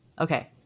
Okay